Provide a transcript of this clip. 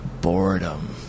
boredom